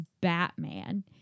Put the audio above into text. Batman